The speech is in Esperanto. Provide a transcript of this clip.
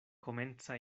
komenca